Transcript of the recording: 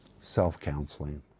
self-counseling